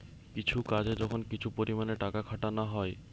কিছু কাজে যখন কিছু পরিমাণে টাকা খাটানা হয়